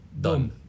Done